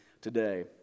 today